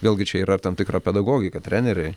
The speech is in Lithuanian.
vėlgi čia yra ir tam tikra pedagogika treneriai